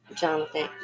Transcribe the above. Jonathan